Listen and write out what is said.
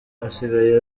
asigaye